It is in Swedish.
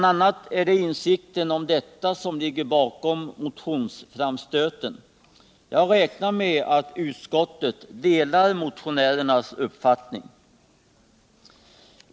a. är det insikten om detta som ligger bakom motionsframstöten. Jag räknar med att utskottet delar motionärernas uppfattning.